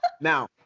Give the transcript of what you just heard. now